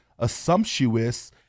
assumptuous